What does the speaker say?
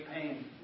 pain